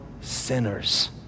sinners